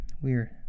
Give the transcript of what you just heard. Weird